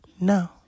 No